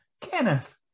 Kenneth